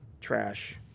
trash